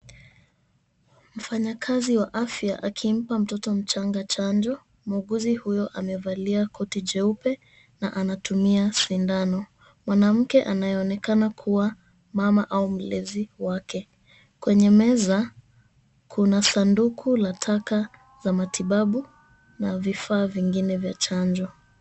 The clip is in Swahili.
Mfanyi kazi wa afya akimpa mtoto mchanga chanjo, muuguzi huyo amevalia koti jeupe na anatumia sindano, mwanamke anayeonekana kuwa mama au mlezi wake, kwenye meza kuna sanduku la taka za matibabu na vifaa vingine vya chanjo.